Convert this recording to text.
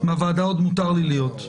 בוועדה עוד מותר לי להיות.